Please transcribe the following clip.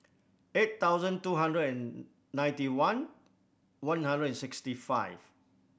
eight thousand two hundred and ninety one one hundred and sixty five